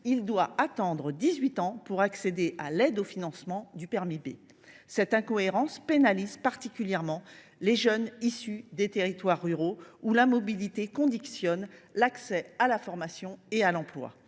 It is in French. il doit attendre d’avoir 18 ans pour accéder à l’aide au financement du permis B. Cette incohérence pénalise particulièrement les jeunes issus des territoires ruraux, où la mobilité conditionne l’accès à la formation et à l’emploi.